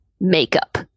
makeup